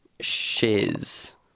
Shiz